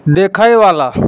देखयवला